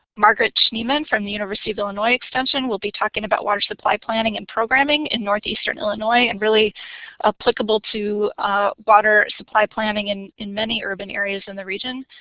margaret schneemann from the university of illinois extension will be talking about water supply planning and programming in northeastern illinois and really applicable to ah water supply planning and in many urban areas in the region.